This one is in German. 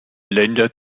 länder